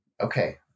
Okay